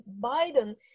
Biden